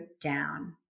down